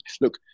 look